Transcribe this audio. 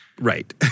Right